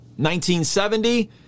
1970